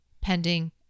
pending